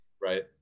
Right